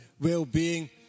well-being